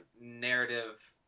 narrative